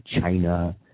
China